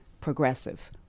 progressive